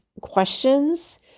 questions